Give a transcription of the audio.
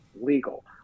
legal